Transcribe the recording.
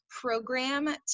program